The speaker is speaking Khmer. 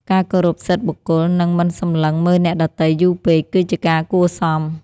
ការគោរពសិទ្ធិបុគ្គល និងមិនសម្លឹងមើលអ្នកដទៃយូរពេក គឺជាការគួរសម។